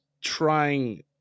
trying